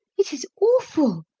it is awful!